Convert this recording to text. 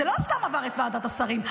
זה לא סתם עבר את ועדת השרים.